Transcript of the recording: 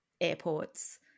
airports